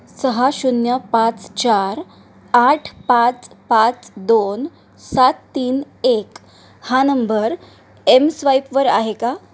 सहा शून्य पाच चार आठ पाच पाच दोन सात तीन एक हा नंबर एमस्वाईपवर आहे का